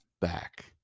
back